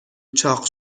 چاق